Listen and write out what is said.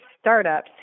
startups